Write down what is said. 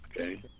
Okay